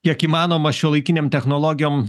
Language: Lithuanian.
kiek įmanoma šiuolaikinėm technologijom